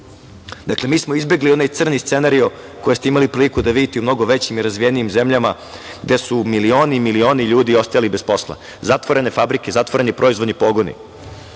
10,5%. Mi smo izbegli onaj crni scenario koji ste imali priliku da vidite u mnogo većim i razvijenim zemljama gde su milioni i milioni ljudi ostajali bez posla, zatvorene fabrike, zatvoreni proizvodni pogoni. Malopre